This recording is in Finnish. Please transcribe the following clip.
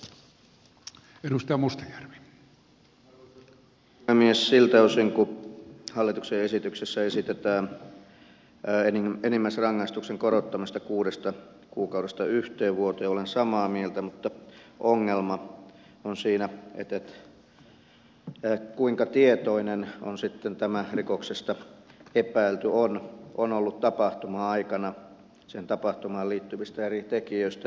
olen samaa mieltä siltä osin kuin hallituksen esityksessä esitetään enimmäisrangaistuksen korottamista kuudesta kuukaudesta yhteen vuoteen mutta ongelma on siinä kuinka tietoinen sitten tämä rikoksesta epäilty on ollut tapahtuma aikana siihen tapahtumaan liittyvistä eri tekijöistä